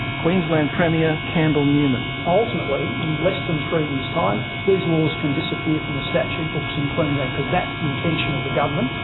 queensland premier campbell newman ultimately in less than three years time these laws can disappear from the statute books in queensland because that's the intention of the government.